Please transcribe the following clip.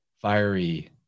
fiery